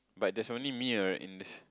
but that's only me right in